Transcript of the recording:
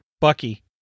Bucky